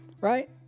right